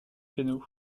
piano